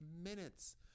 minutes